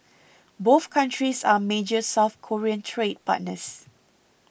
both countries are major South Korean trade partners